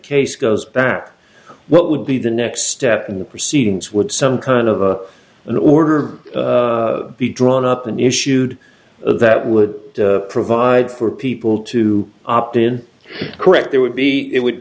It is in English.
case goes back what would be the next step in the proceedings would some kind of an order be drawn up an issued that would provide for people to opt in correct there would be it would